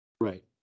Right